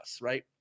right